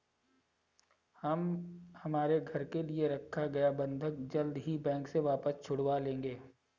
हम हमारे घर के लिए रखा गया बंधक जल्द ही बैंक से वापस छुड़वा लेंगे